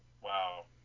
wow